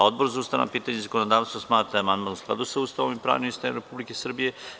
Odbor za ustavna pitanja i zakonodavstvo smatra da je amandman u skladu sa Ustavom i pravnim sistemom Republike Srbije.